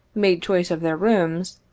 made choice of their rooms,